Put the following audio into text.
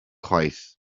chwaith